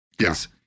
yes